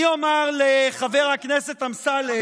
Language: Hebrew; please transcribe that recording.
אני אומר לחבר הכנסת אמסלם,